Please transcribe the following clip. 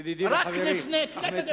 ידידי וחברי אחמד טיבי.